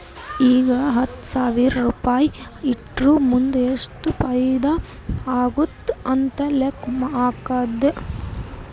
ಈಗ ಹತ್ತ್ ಸಾವಿರ್ ರುಪಾಯಿ ಇಟ್ಟುರ್ ಮುಂದ್ ಎಷ್ಟ ಫೈದಾ ಆತ್ತುದ್ ಅಂತ್ ಲೆಕ್ಕಾ ಹಾಕ್ಕಾದ್